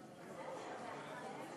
מתנגדים.